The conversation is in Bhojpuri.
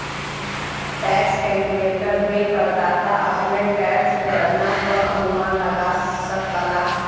टैक्स कैलकुलेटर में करदाता अपने टैक्स गणना क अनुमान लगा सकला